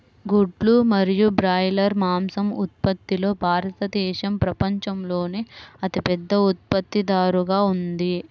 గుడ్లు మరియు బ్రాయిలర్ మాంసం ఉత్పత్తిలో భారతదేశం ప్రపంచంలోనే అతిపెద్ద ఉత్పత్తిదారుగా ఉంది